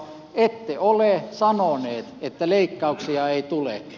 ette ole sanoneet että leikkauksia ei tule